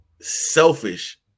selfish